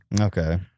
Okay